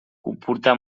comportà